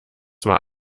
war